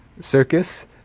circus